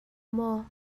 maw